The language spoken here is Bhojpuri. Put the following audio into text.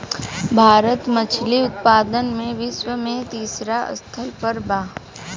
भारत मछली उतपादन में विश्व में तिसरा स्थान पर बा